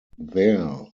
there